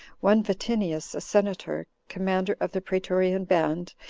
one vatinius, a senator, commander of the praetorian band,